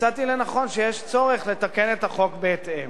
מצאתי שיש צורך לתקן את החוק בהתאם.